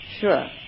Sure